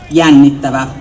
jännittävä